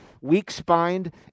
weak-spined